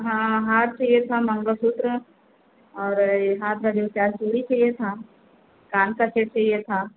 हाँ हाथ यह था मंगलसूत्र और हाथ की दो चार चूड़ी चाहिए था कान का सेट चाहिए था